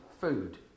food